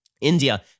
India